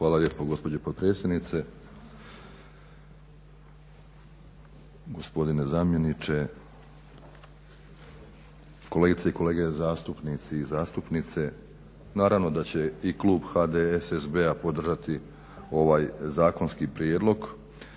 Hvala lijepo gospođo potpredsjednice. Gospodine zamjeniče, kolegice i kolege zastupnice i zastupnici. Naravno da će i klub HDSSB-a podržati ovaj zakonski Prijedlog